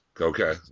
Okay